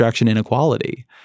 inequality